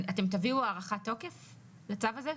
אתם תביאו הארכת תוקף לצו הזה,